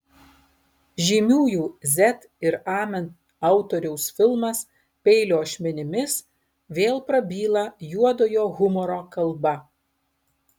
žymiųjų z ir amen autoriaus filmas peilio ašmenimis vėl prabyla juodojo humoro kalba